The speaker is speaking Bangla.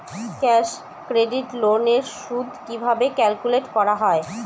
ক্যাশ ক্রেডিট লোন এর সুদ কিভাবে ক্যালকুলেট করা হয়?